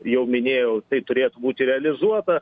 jau minėjau tai turėtų būti realizuota